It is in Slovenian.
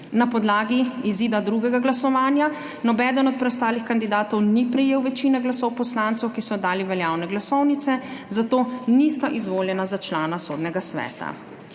Na podlagi izida drugega glasovanja nobeden od preostalih kandidatov ni prejel večine glasov poslancev, ki so oddali veljavne glasovnice, zato nista izvoljena za člana Sodnega sveta.